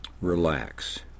Relax